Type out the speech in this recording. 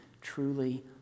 truly